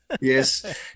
yes